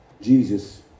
Jesus